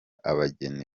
abageni